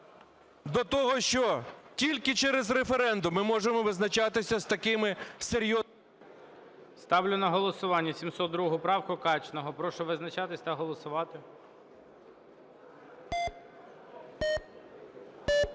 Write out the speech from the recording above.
до того, що тільки через референдум ми можемо визначатися з такими серйозними… ГОЛОВУЮЧИЙ. Ставлю на голосування 702 правку Качного. Прошу визначатись та голосувати.